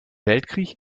weltkrieg